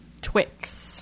Twix